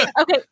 okay